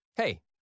Hey